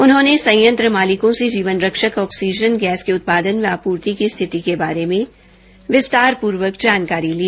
उन्होंने प्लांट मालिकों से जीवन रक्षक ऑक्सीजन गैस के उत्पादन व आपूर्ति की स्थिति के बारे में विस्तारपूर्वक जानकारी ली